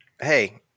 Hey